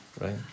Right